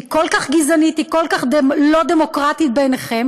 היא כל כך גזענית, היא כל כך לא דמוקרטית בעיניכם,